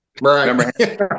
Right